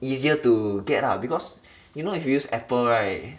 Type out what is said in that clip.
easier to get lah because you know if you use Apple right